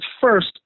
first